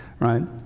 Right